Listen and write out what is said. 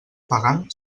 pagant